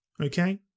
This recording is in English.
Okay